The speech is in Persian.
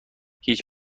هیچ